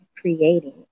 creating